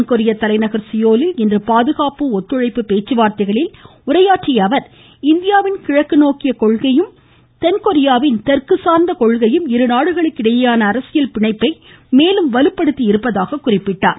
தென்கொரிய தலைநகர் சியோலில் இன்று பாதுகாப்பு ஒத்துழைப்பு பேச்சுவார்த்தைகளில் உரையாற்றிய அவர் இந்தியாவின் கிழக்கு நோக்கிய கொள்கையும் தென்கொரியாவின் தெற்கு கொள்கையும் இருநாடுகளுக்கிடையேயான மேலம் சார்ந்த வலுப்படுத்தியிருப்பதாக குறிப்பிட்டார்